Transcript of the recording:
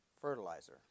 Fertilizer